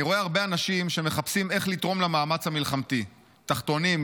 "אני רואה הרבה אנשים שמחפשים איך לתרום למאמץ המלחמתי: תחתונים,